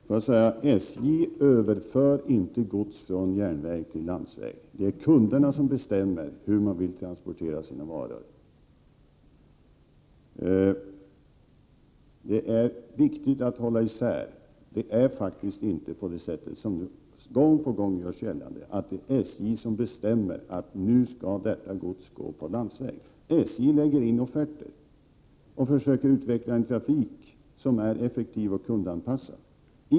Herr talman! SJ överför inte gods från järnväg till landsväg. Det är kunderna som bestämmer hur de vill transportera sina varor. Det är viktigt att hålla isär. Det är faktiskt inte på det sättet som gång på gång görs gällande att det är SJ som bestämmer att gods skall transporteras på landsväg. SJ lämnar offerter och försöker utveckla en trafik som är effektiv och kundanpassad.